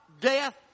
death